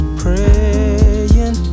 praying